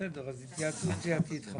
בסדר, אז התייעצות סיעתית.